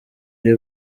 iri